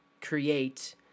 create